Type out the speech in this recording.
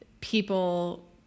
people